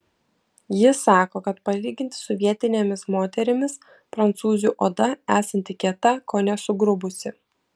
jis sako kad palyginti su vietinėmis moterimis prancūzių oda esanti kieta kone sugrubusi